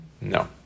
No